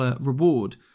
reward